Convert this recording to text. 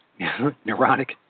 neuronic